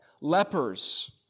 Lepers